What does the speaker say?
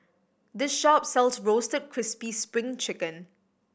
this shop sells Roasted Crispy Spring Chicken